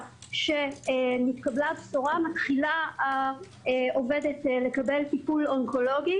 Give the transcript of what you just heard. שנתקבלה הבשורה מתחילה העובדת לקבל טיפול אונקולוגי